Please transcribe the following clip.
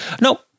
no